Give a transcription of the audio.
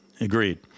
Agreed